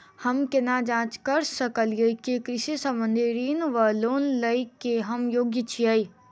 हम केना जाँच करऽ सकलिये की कृषि संबंधी ऋण वा लोन लय केँ हम योग्य छीयै?